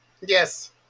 Yes